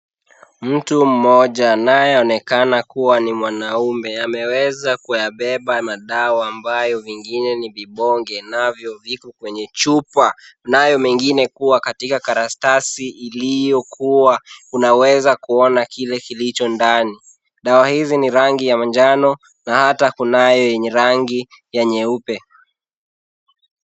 Mtu mmoja anayeonekana kuwa ni mwanaume ameweza kuyabeba madawa ambayo vingine ni vibonge navyo viko kwenye chupa nayo mengine kuwa katika karatasi iliyokuwa unaweza kuona kile kilicho ndani. Dawa hizi ni rangi ya manjano na hata kunayo yenye rangi ya nyeupe.